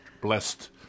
blessed